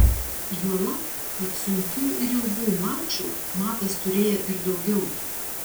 juolab kad sunkių ir ilgų mačų matas turėjo ir daugiau